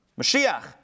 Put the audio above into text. Mashiach